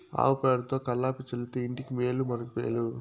ఆవు పేడతో కళ్లాపి చల్లితే ఇంటికి మేలు మనకు మేలు